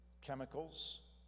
chemicals